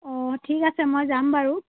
অঁ ঠিক আছে মই যাম বাৰু